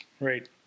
right